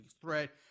threat